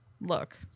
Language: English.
look